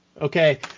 Okay